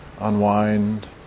unwind